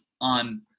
on